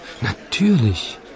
Natürlich